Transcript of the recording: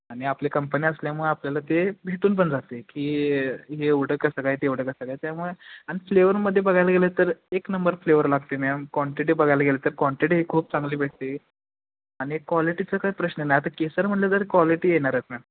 आणि आपली कंपनी असल्यामुळं आपल्याला ते भेटून पण जाते की हे एवढं कसं काय ते तेवढं कसं काय त्यामुळं आणि फ्लेवरमध्ये बघायला गेलं तर एक नंबर फ्लेवर लागते मॅम कॉंटिटी बघायला गेले तर कॉंटिटी ही खूप चांगली भेटते आणि कॉलिटीचं काही प्रश्न नाही आता केसर म्हणलं तर कॉलिटी येणारच मॅम